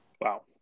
Wow